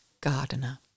gardener